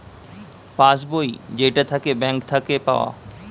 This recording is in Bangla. পাস্ বই যেইটা থাকে ব্যাঙ্ক থাকে পাওয়া